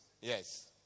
Yes